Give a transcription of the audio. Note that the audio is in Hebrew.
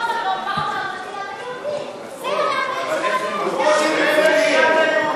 מדינת היהודים.